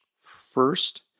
First